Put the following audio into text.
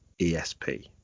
ESP